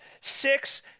six